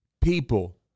People